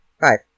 Five